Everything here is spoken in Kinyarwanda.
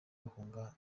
bahunga